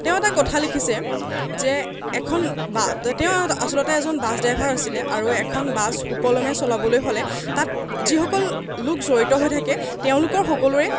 তেওঁ এটা কথা লিখিছে যে এখন বা তেওঁ এটা আচলতে এজন বাছ ড্ৰাইভাৰ আছিলে আৰু এখন বাছ সুকলমে চলাবলৈ হ'লে তাত যিসকল লোক জড়িত হৈ থাকে তেওঁ লোকৰ সকলোৰে